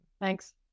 Thanks